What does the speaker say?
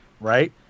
right